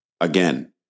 again